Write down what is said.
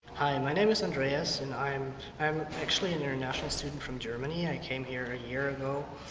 hi and my name is andreas and i'm i'm actually an international student from germany. i came here a year ago,